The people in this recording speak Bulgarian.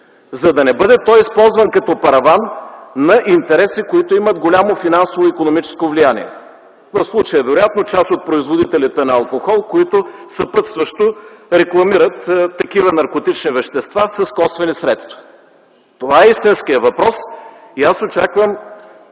за да не бъде той използван като параван на интереси, които имат голямо финансово-икономическо влияние, в случая вероятно част от производителите на алкохол, които съпътстващо рекламират такива наркотични вещества с косвени средства. Тава е истинският въпрос и аз очаквам,